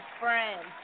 friends